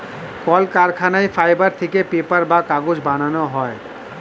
কলকারখানায় ফাইবার থেকে পেপার বা কাগজ বানানো হয়